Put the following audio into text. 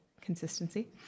consistency